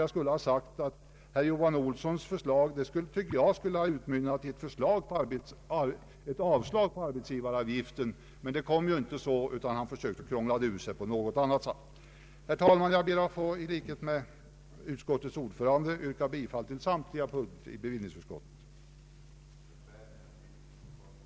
Jag skulle kanske tillägga att herr Johan Olssons förslag borde ha utmynnat i yrkande om avslag på förslaget om arbetsgivaravgiften, men han försökte krångla sig ur situationen på annat sätt. Herr talman! Jag ber att i likhet med utskottets ordförande få yrka bifall till samtliga punkter i bevillningsutskottets betänkande.